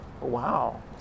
Wow